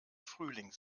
frühling